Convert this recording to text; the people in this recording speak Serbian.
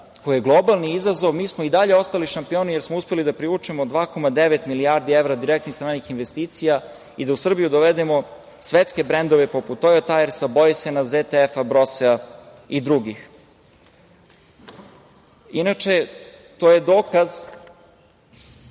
koja je globalni izazov, mi smo i dalje ostali šampioni jer smo uspeli da privučemo 2,9 milijardi evra direktnih stranih investicija i da u Srbiju dovedemo svetske brendove poput „Tojo tajersa“, „Bojsena“, ZTF-a, „Brosea“ i drugih. Inače, to je dokaz